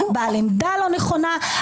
בעל עמדה לא נכונה.